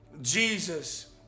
Jesus